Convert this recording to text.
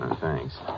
Thanks